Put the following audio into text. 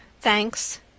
thanks